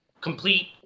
complete